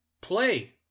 play